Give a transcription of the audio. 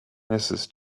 mrs